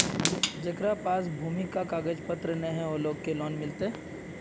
जेकरा पास भूमि का कागज पत्र न है वो लोग के लोन मिलते?